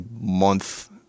month